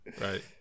right